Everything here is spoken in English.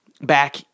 back